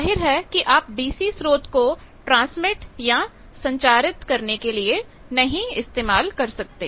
जाहिर है कि आप DC स्रोत को ट्रांसमिटसंचारित नहीं कर सकते